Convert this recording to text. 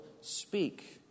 speak